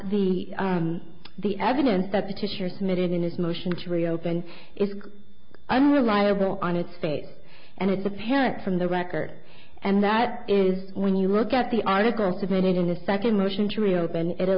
the the evidence that the teacher submitted in his motion to reopen is i'm reliable on its face and it's apparent from the record and that is when you look at the article submitted a second motion to reopen it a